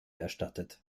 erstattet